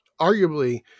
arguably